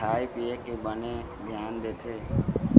खाए पिए के बने धियान देथे